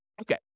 Okay